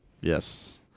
Yes